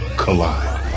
collide